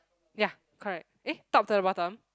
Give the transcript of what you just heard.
ya correct eh top to the bottom